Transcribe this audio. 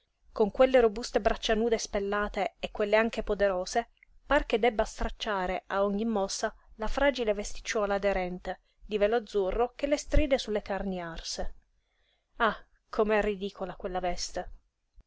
con quelle robuste braccia nude spellate e quelle anche poderose par che debba stracciare a ogni mossa la fragile vesticciuola aderente di velo azzurro che le stride su le carni arse ah com'è ridicola quella veste